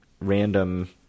random